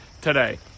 today